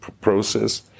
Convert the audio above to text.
process